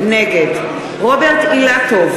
נגד רוברט אילטוב,